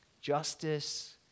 justice